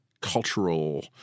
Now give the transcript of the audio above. Cultural